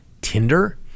Tinder